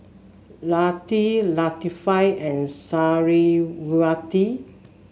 Latif Latifa and Suriawati